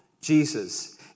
Jesus